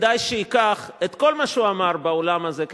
כדאי שייקח את כל מה שהוא אמר באולם הזה,